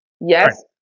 Yes